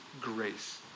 grace